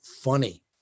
funny